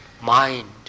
mind